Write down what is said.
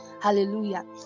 hallelujah